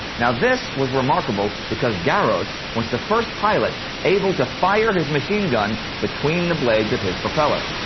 and this was remarkable because garros was the first pilot able to fire his machine gun between the blades of his propeller.